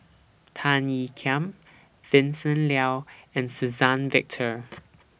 Tan Ean Kiam Vincent Leow and Suzann Victor